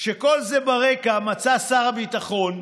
כשכל זה ברקע מצא שר הביטחון,